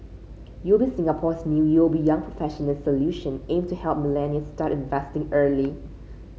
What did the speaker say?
UOB Singapore's new UOB Young Professionals Solution aim to help millennials start investing early